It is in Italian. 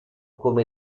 come